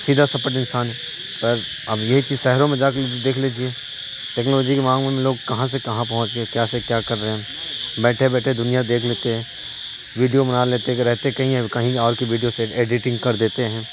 سیدھا سپٹ انسان پر اب یہ چیز سہروں میں جا کے دیکھ لیجیے ٹیکنالوجی کے معمول میں لوگ کہاں سے کہاں پہنچ گئے کیا سے کیا کر رہے ہیں بیٹھے بیٹھے دنیا دیکھ لیتے ہیں ویڈیو بنا لیتے ہیں کہ رہتے کہیں ہیں اور کہیں اور کی ویڈیو سے ایڈیٹنگ کر دیتے ہیں